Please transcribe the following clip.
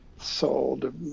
sold